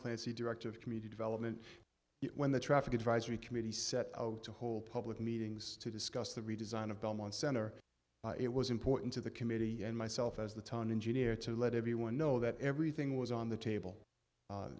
clancy director of community development when the traffic advisory committee set to hold public meetings to discuss the redesign of belmont center it was important to the committee and myself as the town engineer to let everyone know that everything was on the table